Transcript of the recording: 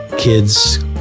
kids